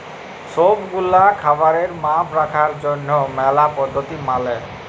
সব গুলা খাবারের মাপ রাখার জনহ ম্যালা পদ্ধতি মালে